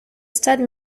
stade